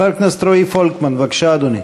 חבר הכנסת רועי פולקמן, בבקשה, אדוני.